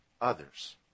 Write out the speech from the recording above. others